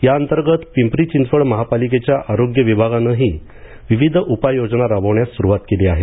या अंतर्गत पिंपरी चिंचवड महापालिकेच्या आरोग्य विभागानंही विविध उपाययोजना राबवण्यास सुरुवात केली आहे